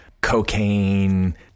cocaine